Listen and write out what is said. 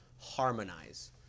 harmonize